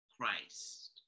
Christ